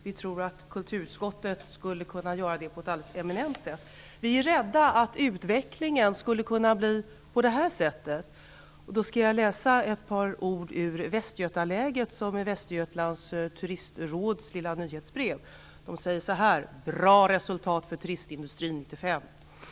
Vi tror att kulturutskottet skulle kunna göra det på ett alldeles eminent sätt. Vi är rädda att utvecklingen blir på följande sätt. Jag skall läsa upp litet grand av det som står i Västgötaläget, Västergötlands turistråds lilla nyhetsbrev. Rubriken lyder: Bra resultat för turistindustrin 1995.